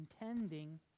intending